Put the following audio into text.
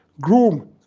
Groom